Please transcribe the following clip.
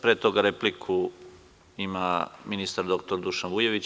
Pre toga repliku ima ministar dr Dušan Vujović.